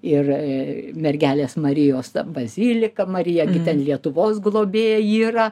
ir mergelės marijos bazilika marija ten lietuvos globėja yra